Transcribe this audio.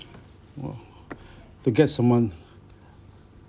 !wow! to get someone